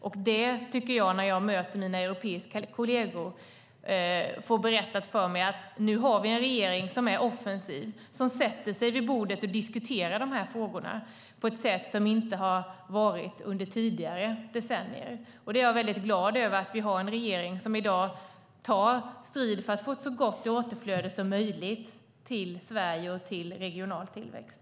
Och när jag möter mina europeiska kolleger får jag berättat för mig att vi nu har en regering som är offensiv, som sätter sig vid bordet och diskuterar de här frågorna på ett annat sätt än under tidigare decennier. Jag är väldigt glad över att vi har en regering som i dag tar strid för att få ett så gott återflöde som möjligt till Sverige och till regional tillväxt.